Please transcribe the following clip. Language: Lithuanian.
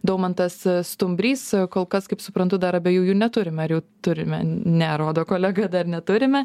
daumantas stumbrys kol kas kaip suprantu dar abiejų jų neturim ar jau turime ne rodo kolega dar neturime